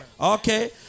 Okay